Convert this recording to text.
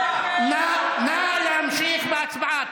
נא להמשיך בהצבעה.